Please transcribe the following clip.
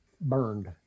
burned